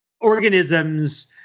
organisms